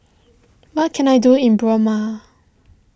what can I do in Burma